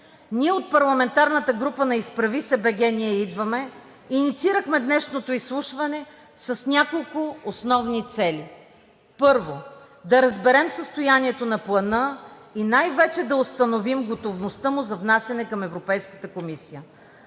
Ние от парламентарната група на „Изправи се БГ! Ние идваме!“ инициирахме днешното изслушване с няколко основни цели: Първо, да разберем състоянието на Плана и най-вече да установим готовността му за внасяне към Европейската комисия.